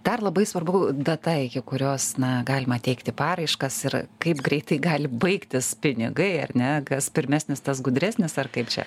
dar labai svarbu data iki kurios na galima teikti paraiškas ir kaip greitai gali baigtis pinigai ar ne kas pirmesnis tas gudresnis ar kaip čia